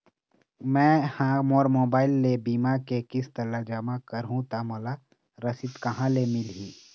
मैं हा मोर मोबाइल ले बीमा के किस्त ला जमा कर हु ता मोला रसीद कहां ले मिल ही?